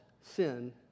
sin